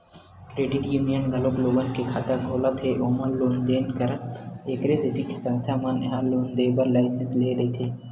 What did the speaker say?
credit union घलोक लोगन के खाता खोलत हे ओमा लेन देन करत हे एखरे सेती संस्था मन ह लोन देय बर लाइसेंस लेय रहिथे